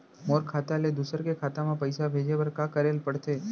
मोर खाता ले दूसर के खाता म पइसा भेजे बर का करेल पढ़थे?